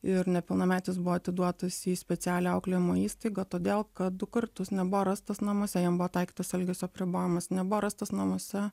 ir nepilnametis buvo atiduotas į specialią auklėjimo įstaigą todėl kad du kartus nebuvo rastas namuose jam buvo taikytas elgesio apribojimas nebuvo rastas namuose